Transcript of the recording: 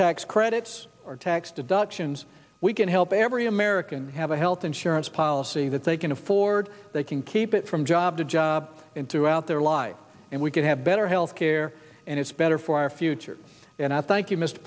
tax credits or tax deductions we can help every american have a health insurance policy that they can afford they can keep it from job to job in throughout their life and we can have better health care and it's better for our future and i thank you m